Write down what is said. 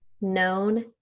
known